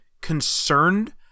concerned